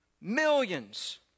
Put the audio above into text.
Millions